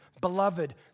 Beloved